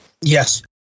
Yes